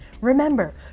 Remember